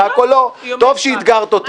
אתה לא המנהל של הבניין הזה.